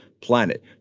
planet